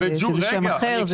יש לזה שם אחר.